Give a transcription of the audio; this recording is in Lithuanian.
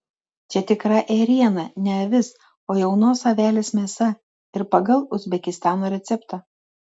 čia tikra ėriena ne avis o jaunos avelės mėsa ir pagal uzbekistano receptą